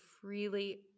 freely